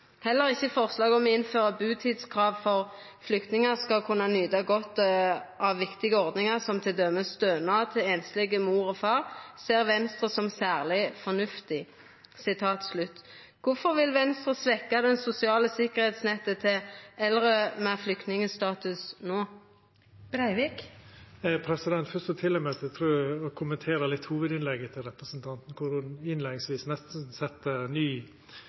Heller ikkje forslaget om å innføre butidskrav for at flyktningar skal kunne nyte godt av viktige ordningar som t.d. stønad til einsleg mor eller far, ser Venstre som særleg fornuftig.» Kvifor vil Venstre svekkja det sosiale tryggingsnettet til eldre med flyktningstatus no? Først tillèt eg meg å kommentera litt hovudinnlegget til representanten, der ho i innleiinga nesten sette ny